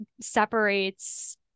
separates